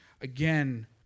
Again